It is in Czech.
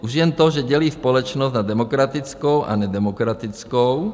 Už jen to, že dělí společnost na demokratickou a nedemokratickou.